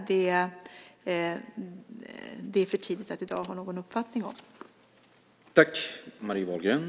Det är för tidigt att i dag ha någon uppfattning om var vi landar där.